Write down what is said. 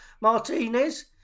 Martinez